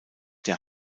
der